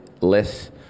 less